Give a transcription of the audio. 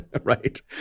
Right